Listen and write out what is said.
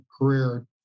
career